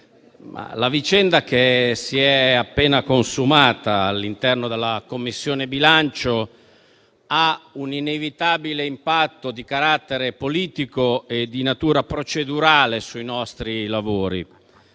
la vicenda che si è appena consumata all'interno della Commissione bilancio ha un inevitabile impatto di carattere politico e di natura procedurale sui nostri lavori.